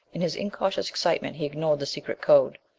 in his incautious excitement he ignored the secret code.